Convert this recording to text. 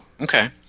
Okay